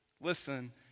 listen